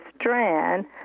Strand